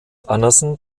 anderson